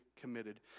committed